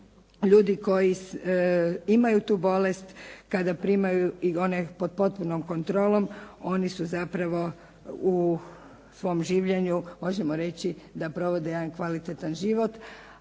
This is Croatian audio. ljudi koji imaju tu bolest kada primaju i one pod potpunom kontrolom, oni su zapravo u svom življenju, možemo reći da provode jedan kvalitetan život,